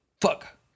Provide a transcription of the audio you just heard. fuck